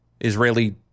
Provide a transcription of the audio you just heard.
Israeli